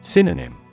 Synonym